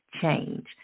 change